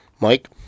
Mike